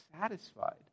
satisfied